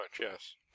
yes